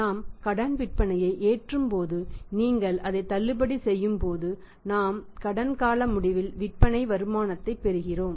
நாம் கடன் விற்பனையை ஏற்றும்போது நீங்கள் அதை தள்ளுபடி செய்யும் போது நாம் கடன் கால முடிவில் விற்பனையின் வருமானத்தை பெறுகிறோம்